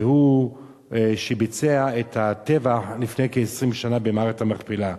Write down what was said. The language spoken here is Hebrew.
והוא שביצע את הטבח לפני כ-20 שנה במערת המכפלה.